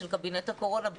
של קבינט הקורונה?